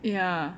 ya